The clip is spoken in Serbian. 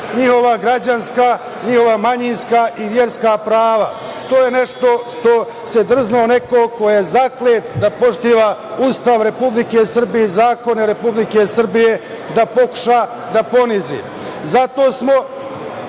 njihova građanska, njihova manjinska i verska prava. To je nešto što se drznuo neko ko je zaklet da poštuje Ustav Republike Srbije i zakone Republike Srbije, da pokuša da ponizi. Zato smo